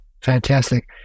fantastic